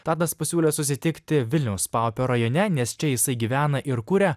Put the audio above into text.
tadas pasiūlė susitikti vilniaus paupio rajone nes čia jisai gyvena ir kuria